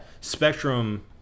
Spectrum